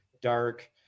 dark